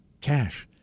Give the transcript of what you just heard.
cash